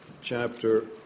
chapter